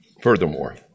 Furthermore